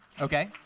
okay